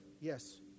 Yes